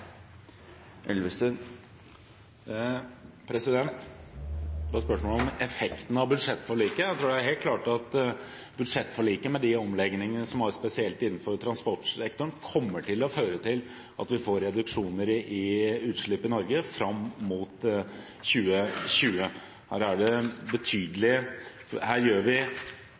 helt klart at budsjettforliket, med de omleggingene som er, spesielt innenfor transportsektoren, kommer til å føre til at vi får reduksjoner i utslipp i Norge fram mot 2020. I utgangspunktet har vi elbilene – konkurransedyktige, som de er